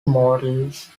motels